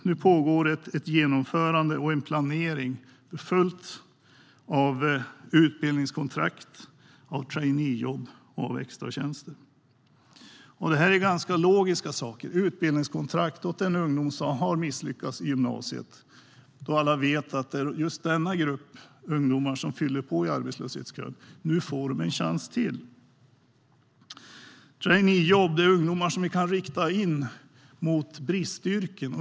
Nu pågår ett genomförande och en planering fylld av utbildningskontrakt, traineejobb och extratjänster. Detta är ganska logiska saker. Utbildningskontrakt gäller ungdomar som har misslyckats i gymnasiet. Alla vet att det är just denna grupp ungdomar som fyller på i arbetslöshetskön. Nu får de en chans till. Traineejobb gäller ungdomar som vi kan rikta in i bristyrken.